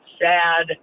sad